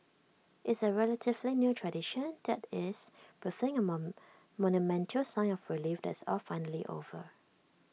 it's A relatively new tradition that is breathing A mom monumental sigh of relief that's all finally over